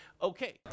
Okay